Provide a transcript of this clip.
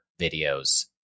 videos